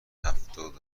هفتاد